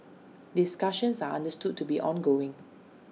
discussions are understood to be ongoing